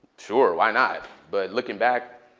sure, why not? but looking back,